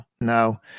no